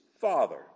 father